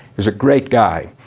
is a great guy.